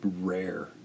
rare